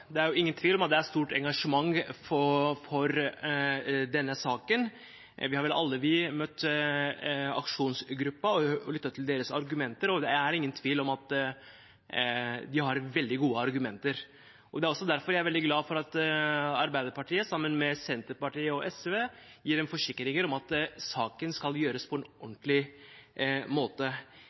til deres argumenter, og det er ingen tvil om at de har veldig gode argumenter. Det er også derfor jeg er veldig glad for at Arbeiderpartiet, sammen med Senterpartiet og SV, gir forsikringer om at saken skal avgjøres på en ordentlig måte.